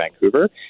Vancouver